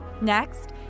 Next